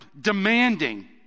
demanding